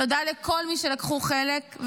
תודה לכל מי שלקחו חלק,